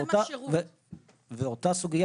אותה סוגיה,